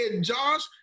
Josh